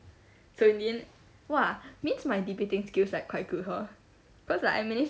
so in the end !!wah!! that means my debating skills like quite good hor cause like I managed